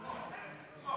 או-הו.